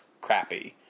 crappy